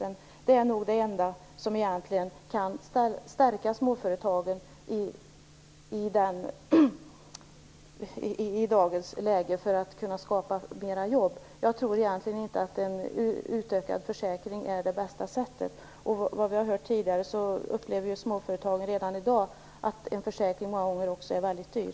Det är nog egentligen det enda som i dagens läge kan stärka småföretagens möjligheter att skapa nya jobb. Jag tror egentligen inte att en utökning av försäkringen är det bästa sättet. Vi har tidigare också fått höra att småföretagen många gånger redan i dag upplever att en försäkring är väldigt dyr.